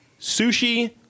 Sushi